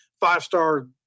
five-star